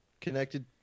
Connected